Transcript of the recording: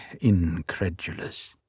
incredulous